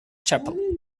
chapel